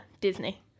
Disney